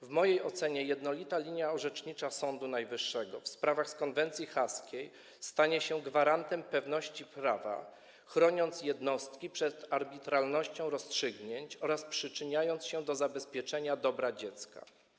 W mojej ocenie jednolita linia orzecznicza Sądu Najwyższego w sprawach z konwencji haskiej stanie się gwarantem pewności prawa, chroniąc jednostki przed arbitralnością rozstrzygnięć oraz przyczyniając się do zabezpieczenia dobra dziecka.